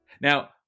Now